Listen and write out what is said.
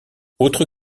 autre